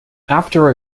after